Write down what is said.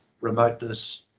remoteness